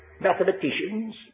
mathematicians